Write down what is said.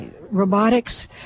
robotics